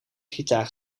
gitaar